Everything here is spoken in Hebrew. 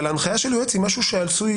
אבל ההנחיה של יועץ היא משהו שעשוי,